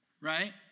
right